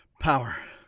Power